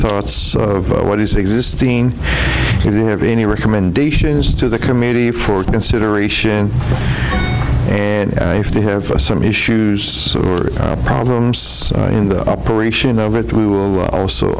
thoughts of what is existing if you have any recommendations to the committee for consideration if they have some issues or problems in the operation of it we will also